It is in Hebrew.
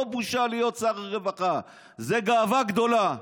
לא בושה להיות שר הרווחה, זו גאווה גדולה.